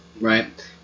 right